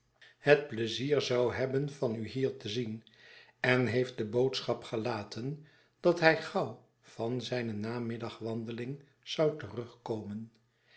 het pleizier zou hebben van u hier te zien en heeft de boodschap gelaten dat hij gauw van zijne namiddagwandeling zou terugkomen